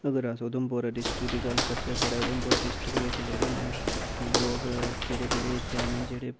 अगर अस उधमपुर डिस्ट्रिक्ट दी गल्ल करचै साढ़े उधमपुर डिस्ट्रिक्ट बिच जेह्ड़े न लोग केह्ड़े केह्ड़े च हैन जेह्ड़े